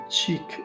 cheek